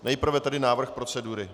Nejprve tedy návrh procedury.